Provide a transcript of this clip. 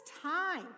time